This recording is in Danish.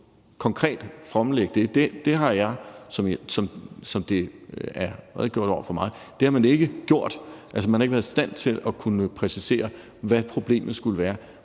konkret fremlægge det. Det har man, som det er redegjort over for mig, ikke gjort. Altså, man har ikke været i stand til at kunne præcisere, hvad problemet skulle være,